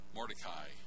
Mordecai